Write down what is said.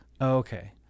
okay